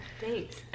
Thanks